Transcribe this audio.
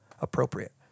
appropriate